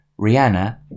Rihanna